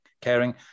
caring